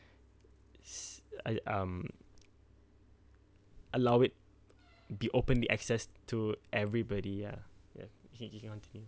s~ I um allow it be open be access to everybody ah ya you can continue